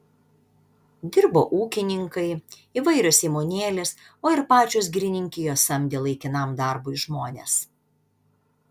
dirbo ūkininkai įvairios įmonėlės o ir pačios girininkijos samdė laikinam darbui žmones